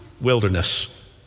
wilderness